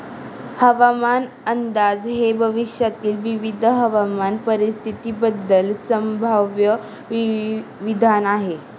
हवामान अंदाज हे भविष्यातील विविध हवामान परिस्थितींबद्दल संभाव्य विधान आहे